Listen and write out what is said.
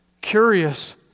curious